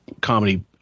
comedy